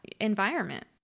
environment